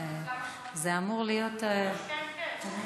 זה אמור להיות, כן, כן.